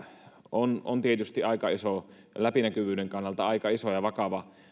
on on tietysti läpinäkyvyyden kannalta aika iso ja vakava